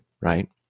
right